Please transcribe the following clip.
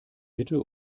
bitte